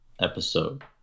episode